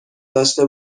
داشته